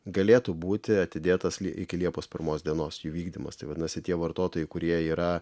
galėtų būti atidėtas iki liepos pirmos dienos jų vykdymas tai vadinasi tie vartotojai kurie yra